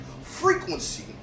frequency